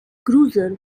cruiser